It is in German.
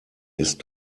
ist